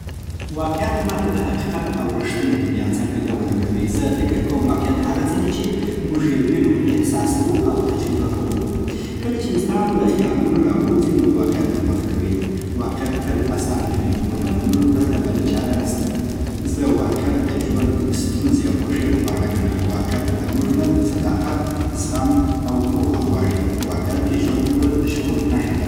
واقعیت ماته د حقیقت او رښتینې دنیا څرګندونه کوي. زه فکر کوم واقعیت هغه څه دي چې موږ یې وینو، احساسوو او تجربه کوو. کله چې انسان له خیالونو راووځي، نو واقعیت ته مخ کوي. واقعیت تل اسان نه‌وي، خو له منلو پرته بله چاره نسته. زه واقعیت د ژوند ستونزې او خوښۍ دواړه ګڼم. واقعیت له موږ نه صداقت، زغم او پوهه غواړي. په واقعیت کې ژوند کول د شعور نښه ده.